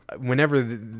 whenever